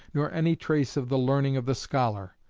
nor any trace of the learning of the scholar,